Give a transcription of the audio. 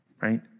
right